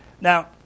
Now